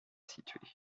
située